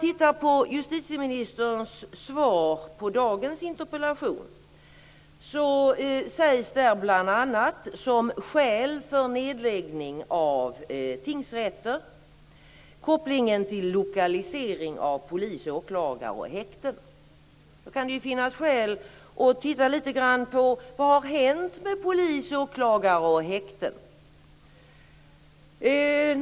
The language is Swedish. I justitieministerns svar på dagens interpellation anges bl.a. kopplingen till lokalisering av polis, åklagare och häkten som skäl för nedläggning av tingsrätter. Då kan det finnas skäl att titta lite grann på vad som har hänt med polis, åklagare och häkten.